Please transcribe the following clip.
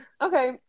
okay